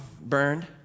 burned